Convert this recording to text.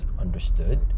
understood